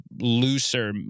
looser